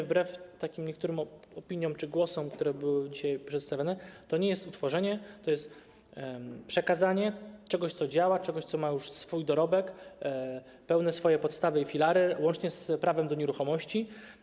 Wbrew niektórym opiniom czy głosom, które były dzisiaj przedstawiane, to nie jest utworzenie, to jest przekazanie czegoś, co działa, czegoś, co ma już swój dorobek, podstawy i filary, łącznie z prawem do nieruchomości.